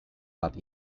but